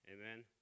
Amen